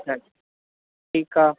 अच्छा ठीकु आहे